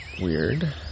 weird